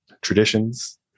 Traditions